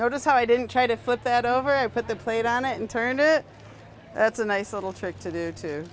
notice how i didn't try to flip that over put the plate on it and turned it that's a nice little trick to do to